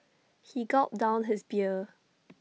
he gulped down his beer